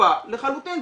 שקופה לחלוטין.